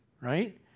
right